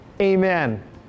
Amen